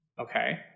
Okay